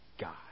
God